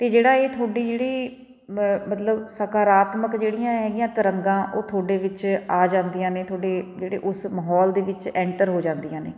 ਅਤੇ ਜਿਹੜਾ ਇਹ ਤੁਹਾਡੀ ਜਿਹੜੀ ਬ ਮਤਲਬ ਸਾਕਾਰਾਤਮਕ ਜਿਹੜੀਆਂ ਹੈਗੀਆਂ ਤਰੰਗਾਂ ਉਹ ਤੁਹਾਡੇ ਵਿੱਚ ਆ ਜਾਂਦੀਆਂ ਨੇ ਤੁਹਾਡੇ ਜਿਹੜੇ ਉਸ ਮਾਹੌਲ ਦੇ ਵਿੱਚ ਐਂਟਰ ਹੋ ਜਾਂਦੀਆਂ ਨੇ